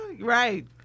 Right